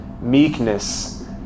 meekness